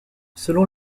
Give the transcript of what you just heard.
selon